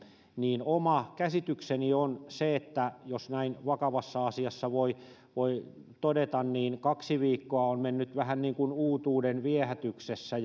niin oma käsitykseni on se että jos näin vakavassa asiassa voi voi todeta näin kaksi viikkoa on mennyt vähän niin kuin uutuudenviehätyksessä